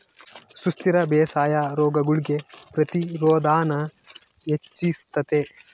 ಸುಸ್ಥಿರ ಬೇಸಾಯಾ ರೋಗಗುಳ್ಗೆ ಪ್ರತಿರೋಧಾನ ಹೆಚ್ಚಿಸ್ತತೆ